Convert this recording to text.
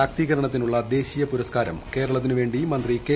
ശാക്തീകരണത്തിനുള്ള ദേശീയിപ്പുർസ്കാരം കേരളത്തിന് വേണ്ടി മന്ത്രി കെ